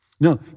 No